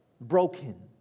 broken